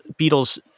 Beatles